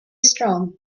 strong